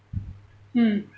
mm